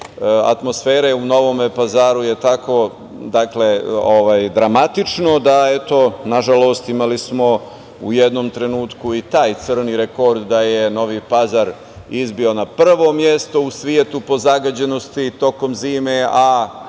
atmosfere u Novom Pazaru je tako dramatično, da je eto, nažalost, imali smo u jednom trenutku taj crni rekord da je Novi Pazar izbio na prvo mesto u svetu po zagađenosti tokom zime,